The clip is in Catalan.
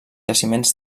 jaciments